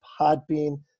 Podbean